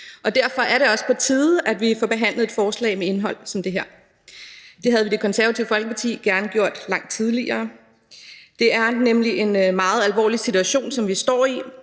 Derfor er det også på tide, at vi får behandlet et forslag med indhold som det her. Det havde vi i Det Konservative Folkeparti gerne gjort langt tidligere. Det er nemlig en meget alvorlig situation, som vi står i.